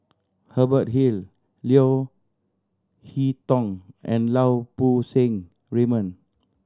Hubert Hill Leo Hee Tong and Lau Poo Seng Raymond